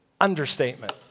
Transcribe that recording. understatement